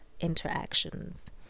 interactions